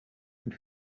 and